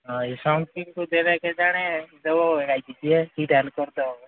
ହଏ ଶଙ୍ଖ ଚିହ୍ନକୁ ଦେଲେ କେଯାଣି